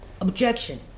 objection